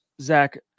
Zach